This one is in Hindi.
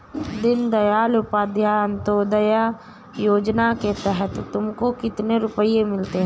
दीन दयाल उपाध्याय अंत्योदया योजना के तहत तुमको कितने रुपये मिलते हैं